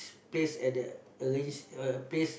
place at the arrange uh place